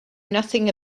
nothing